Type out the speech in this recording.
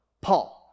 paul